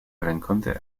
renkonte